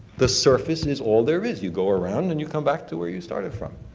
the surface is all there is. you go around and you come back to where you started from.